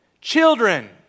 children